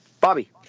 Bobby